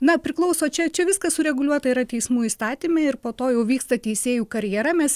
na priklauso čia čia viskas sureguliuota yra teismų įstatymai ir po to jau vyksta teisėjų karjera mes